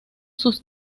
sus